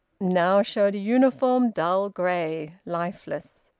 now showed a uniform dull grey, lifeless.